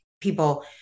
people